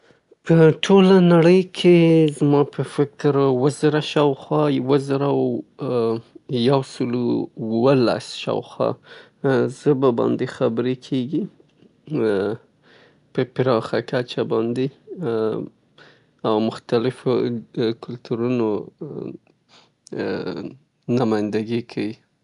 زما په فکر په نړی کې اووه زره شاوخوا ژبې شتون لري ، البته اووه زره نه زیاتې ، په داسې حال کې څه دا نور هم وده کیي او کیدای سي له دې نه زیاتې زبې باندې خبرې وسي.